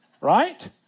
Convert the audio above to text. Right